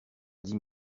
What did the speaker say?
dix